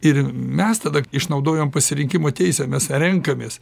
ir mes tada išnaudojam pasirinkimo teisę mes renkamės